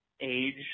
age